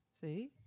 see